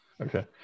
Okay